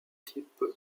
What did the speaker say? type